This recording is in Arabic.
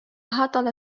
هطل